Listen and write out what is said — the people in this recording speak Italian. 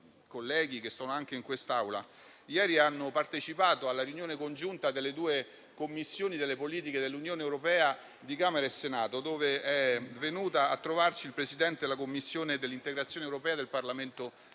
colleghi che sono in quest'Aula ieri hanno partecipato alla riunione congiunta delle due Commissioni delle politiche dell'Unione europea di Camera e Senato, dov'è venuta a trovarci la Presidente della Commissione integrazione europea del Parlamento albanese.